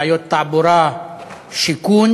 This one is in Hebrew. בעיות תעבורה ושיכון